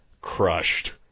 crushed